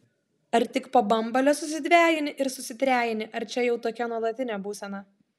ar tik po bambalio susidvejini ir susitrejini ar čia jau tokia nuolatinė būsena